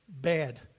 bad